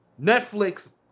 Netflix